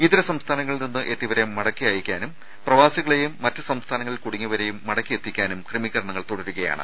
ഇതര സംസ്ഥാനങ്ങളിൽ നിന്ന് എത്തിയവരെ മടക്കി അയക്കാനും പ്രവാസികളെയും മറ്റ് സംസ്ഥാനങ്ങളിൽ കുടുങ്ങിയവരേയും മടക്കി എത്തിക്കാനും ക്രമീകരണങ്ങൾ തുടരുകയാണ്